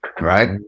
right